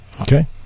Okay